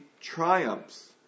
triumphs